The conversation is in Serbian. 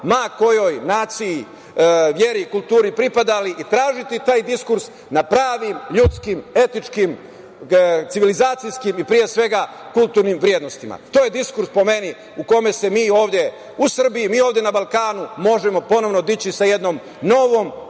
ma kojoj naciji, veri, kulturi pripadali i tražiti taj diskurs na pravim ljudskim, etičkim, civilizacijskim, i pre svega, kulturnim vrednostima. To je diskurs, po meni, u kome se mi ovde u Srbiji, mi ovde na Balkanu, možemo ponovo dići sa jednom novom,